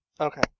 Okay